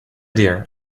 dear